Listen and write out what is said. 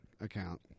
account